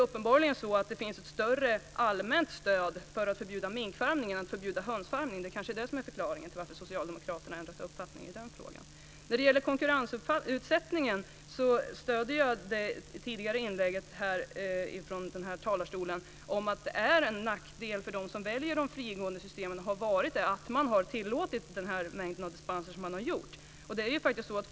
Uppenbarligen finns det ett större allmänt stöd för att förbjuda minkfarmning än det finns för att förbjuda hönsfarmning. Kanske är det förklaringen till att Socialdemokraterna ändrat uppfattning i den frågan. När det gäller konkurrensutsättningen stöder jag det tidigare inlägget från denna talarstol, att det är, och har varit, en nackdel för dem som väljer frigåendesystem att man tillåtit den mängd dispenser som man tillåtit.